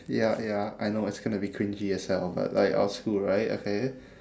ya ya I know it's gonna be cringey as hell but like our school right okay